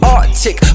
Arctic